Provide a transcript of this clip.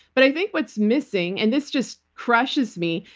but i think what's missing, and this just crushes me,